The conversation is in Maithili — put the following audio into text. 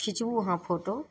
खिचबू अहाँ फोटो